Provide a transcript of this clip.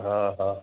हा हा